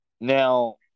Now –